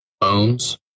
bones